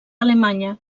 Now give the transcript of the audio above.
alemanya